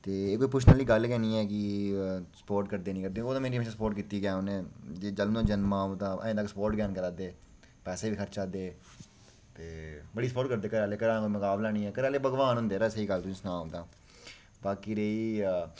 ते एह् कोई पुच्छने आह्ली गल्ल गै नेईं ऐ कि स्पोर्ट करदे नेईं करदे ओह् ते ओह् ते म्हेशां मेरी स्पोर्ट कीती गै म्हेशां जदूं दा जनमा दा अजें तक स्पोर्ट गै न करै दे पैसे बी खर्चा दे ते बड़ी स्पोर्ट करदे घरै आह्ले घरै आह्लें दा कोई मकाबला गै नेईं ऐ भगवान हुंदे यरा स्हेई गल्ल तुगी सुनां उं'दा